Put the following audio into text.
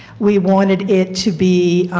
we wanted it to be